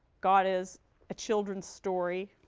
god is a children's story?